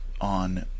on